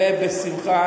ובשמחה,